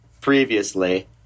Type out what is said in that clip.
previously